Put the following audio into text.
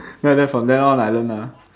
right there from then on I learn ah